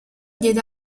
diede